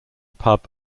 pub